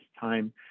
time